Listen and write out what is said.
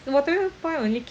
oh L_O_L you know okay